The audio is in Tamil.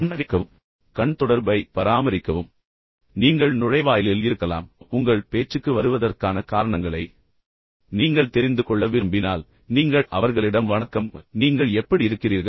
புன்னகைக்கவும் கண் தொடர்பை பராமரிக்கவும் எனவே நீங்கள் நுழைவாயிலில் அல்லது கீழே இருக்க முடியும் அல்லது நடந்து செல்லலாம் பின்னர் உங்கள் பேச்சுக்கு வருவதற்கான காரணங்களை நீங்கள் தெரிந்து கொள்ள விரும்பினால் நீங்கள் அவர்களிடம் வணக்கம் நீங்கள் எப்படி இருக்கிறீர்கள்